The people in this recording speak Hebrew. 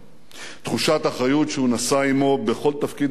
תחושת אחריות שהוא נשא עמו בכל תפקיד שמילא,